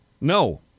No